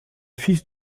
fils